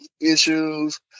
issues